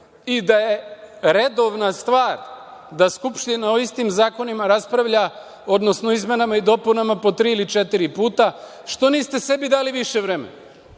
i da je redovna stvar da Skupština o istim zakonima raspravlja, odnosno o izmenama i dopunama po tri ili četiri puta, što niste sebi dali više vremena,